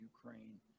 Ukraine